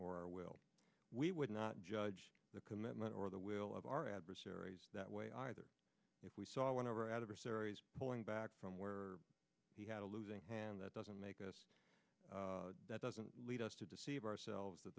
our will we would not judge the commitment or the will of our adversaries that way either if we saw when our adversaries pulling back from where he had a losing hand that doesn't make us that doesn't lead us to deceive ourselves